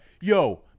yo